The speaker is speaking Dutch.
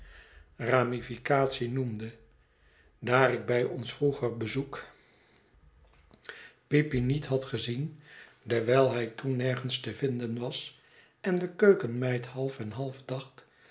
daar ik bij ons vroeger bezoek peepy aa het verlaten huis niet had gezien dewijl hij toen nergens te vinden was en de keukenmeid half en half